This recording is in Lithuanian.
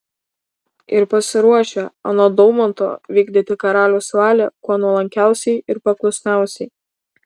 ir pasiruošę anot daumanto vykdyti karaliaus valią kuo nuolankiausiai ir paklusniausiai